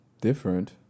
different